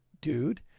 dude